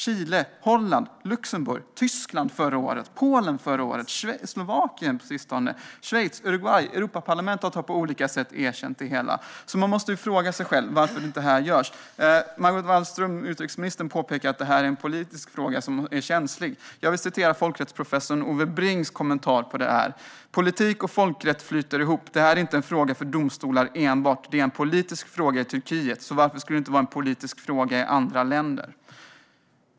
Chile, Holland, Luxemburg, Tyskland och Polen erkände förra året. Slovakien har erkänt på sistone. Schweiz, Uruguay och till och med Europaparlamentet har på olika sätt erkänt det hela. Man måste alltså fråga sig varför det inte görs här. Utrikesminister Margot Wallström påpekar att det är en känslig politisk fråga. Jag vill citera folkrättsprofessor Ove Brings kommentar till det här: "Politik och folkrätt flyter ihop, det här är inte en fråga för domstolar enbart. Det är en politisk fråga i Turkiet så varför skulle det inte vara en politisk fråga i andra länder?"